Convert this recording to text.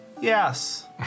Yes